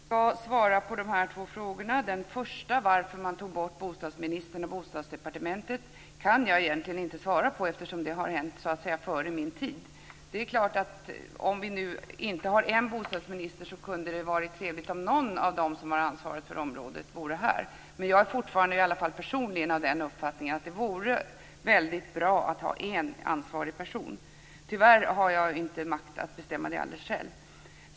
Herr talman! Jag skall svara på de två frågorna. Den första frågan, varför man tog bort bostadsministern och Bostadsdepartementet, kan jag egentligen inte svara på. Det är något som hände så att säga före min tid. Det är klart att det, om vi nu inte har en bostadsminister, kunde ha varit trevligt om någon av dem som har ansvaret för området var här. Personligen är jag fortfarande av uppfattningen att det vore väldigt bra att ha en ansvarig person. Tyvärr har jag inte makt att bestämma det alldeles själv.